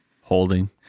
Holding